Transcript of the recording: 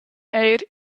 eir